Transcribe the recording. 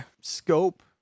scope